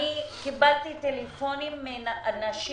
אני קיבלתי טלפונים מנשים